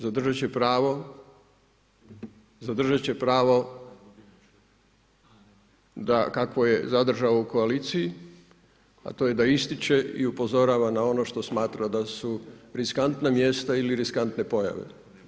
Zadržat će pravo, zadržat će pravo da kakvo je zadržao u koaliciji, a to je da ističe i upozorava na ono što smatra da su riskantna mjesta ili riskantne pojave.